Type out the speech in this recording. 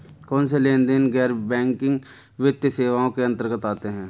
कौनसे लेनदेन गैर बैंकिंग वित्तीय सेवाओं के अंतर्गत आते हैं?